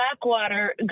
Blackwater